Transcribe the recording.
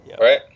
right